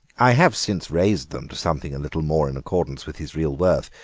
i have since raised them to something a little more in accordance with his real worth,